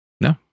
No